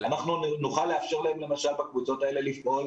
אנחנו נוכל לאפשר להם למשל בקבוצות האלה לפעול